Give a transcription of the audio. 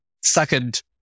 second